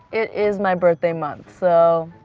it is my birthday month, so.